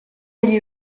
degli